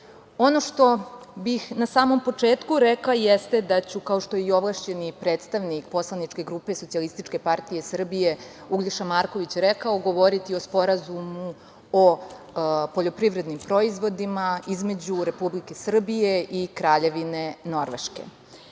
što bih na samom početku rekla jeste da ću, kao što je i ovlašćeni predstavnik poslaničke grupe SPS Uglješa Marković rekao, govoriti o Sporazumu o poljoprivrednim proizvodima između Republike Srbije i Kraljevine Norveške. Na